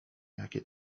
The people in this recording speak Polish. jakie